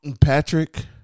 Patrick